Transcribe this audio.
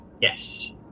Yes